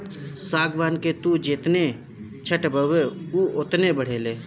सागवान के तू जेतने छठबअ उ ओतने बढ़ेला